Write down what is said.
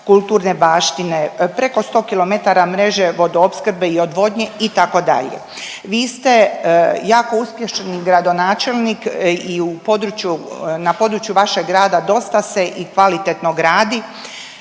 kulturne baštine, preko 100km mreže vodoopskrbe i odvodnje itd.. Vi ste jako uspješni gradonačelnik i na području vašeg grada dosta se i kvalitetno gradi